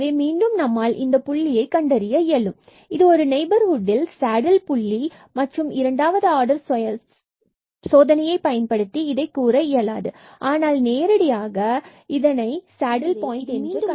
எனவே மீண்டும் நம்மால் இந்த 00 புள்ளியை கண்டறிய இயலும் மற்றும் இது ஒரு நெய்பர்ஹூட்டில் சேடில் புள்ளி மற்றும் இரண்டாவது ஆர்டர் சோதனையைப் பயன்படுத்தி இதை கூற இயலாது ஆனால் நேரடியாக கவனிப்பதன் மூலம் இந்த புள்ளியை நாம் சேடில் பாயின்ட் என கண்டறியலாம்